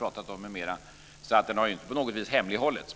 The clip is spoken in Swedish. Så det har ju inte på något sätt hemlighållits.